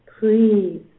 please